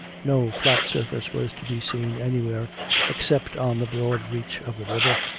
no flat surface was to be seen anywhere except on the broad reach of the river,